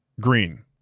Green